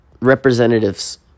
representatives